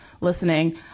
listening